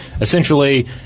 essentially